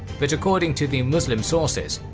but according to the muslim sources,